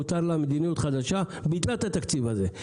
מותר לה לאמץ מדיניות חדשה וביטלה את התקציב הזה.